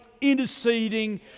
interceding